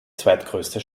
zweitgrößte